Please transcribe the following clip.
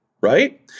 right